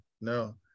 no